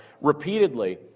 repeatedly